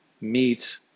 meet